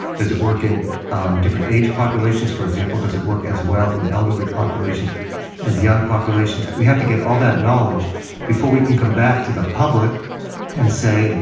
does it work in different age populations? for example, does it work as well in elderly populations as young populations? we have to get all that knowledge before we can come back to the public and, you and